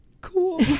cool